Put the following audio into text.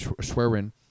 Schwerin